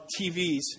TVs